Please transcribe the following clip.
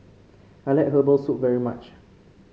I like Herbal Soup very much